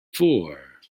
four